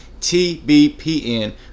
TBPN